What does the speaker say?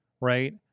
Right